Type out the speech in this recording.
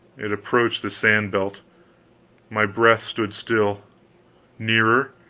it approached the sand-belt my breath stood still nearer,